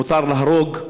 מותר להרוג.